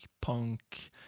punk